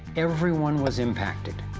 everyone was impacted.